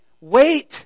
wait